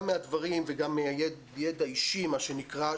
גם מהדברים וגם מידע אישי מה שנקרא,